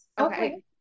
Okay